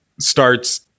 starts